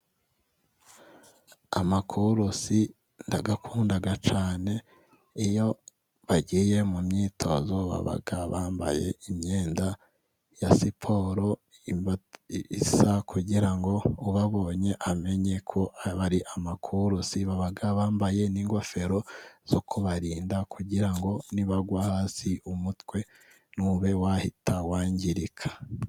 Amakurusi ndayakunda cyane, iyo bagiye mu myitozo baba bambaye imyenda ya siporo isa, kugira ngo ubabonye amenyeko aba ari amakurusi, baba bambaye n'ingofero zo kubarinda kugira ngo nibagwa hasi, umutwe ntube wahita wangirika.